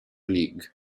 league